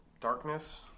darkness